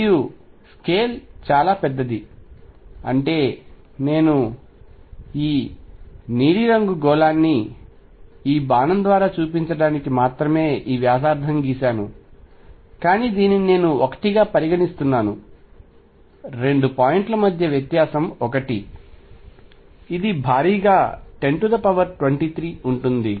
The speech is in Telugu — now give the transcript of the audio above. మరియు స్కేల్ చాలా పెద్దది అంటే నేను ఈ నీలిరంగు గోళాన్ని ఈ బాణం ద్వారా చూపించడానికి మాత్రమే ఈ వ్యాసార్థం గీశాను కానీ దీనిని నేను 1 గా పరిగణిస్తున్నాను రెండు పాయింట్ల మధ్య వ్యత్యాసం 1 ఇది భారీగా 1023 ఉంటుంది